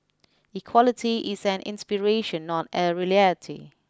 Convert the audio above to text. equality is an inspiration not a